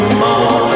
more